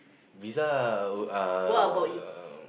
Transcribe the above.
pizza oh uh